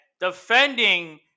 defending